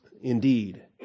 Indeed